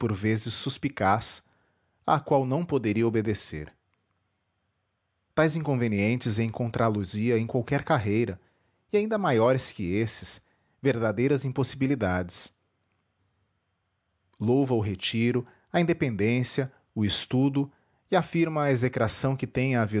vezes suspicaz à qual não poderia obedecer tais inconvenientes encontrá los ia em qualquer carreira e ainda maiores que esses verdadeiras impossibilidades louva o retiro a independência o estudo e afirma a execração que tem